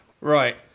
Right